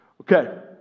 Okay